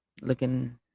looking